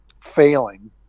failing